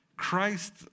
Christ